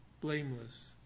blameless